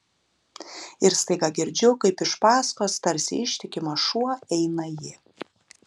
ir staiga girdžiu kaip iš paskos tarsi ištikimas šuo eina ji